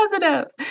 positive